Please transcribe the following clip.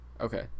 Okay